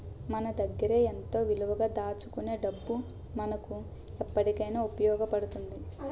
మన దగ్గరే ఎంతో విలువగా దాచుకునే డబ్బు మనకు ఎప్పటికైన ఉపయోగపడుతుంది